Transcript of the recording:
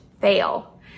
fail